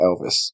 Elvis